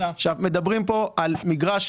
מדברים כאן על מגרש